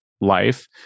life